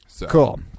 cool